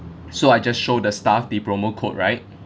so I just show the staff the promo code right